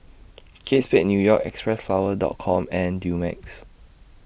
Kate Spade New York Xpressflower Dot Com and Dumex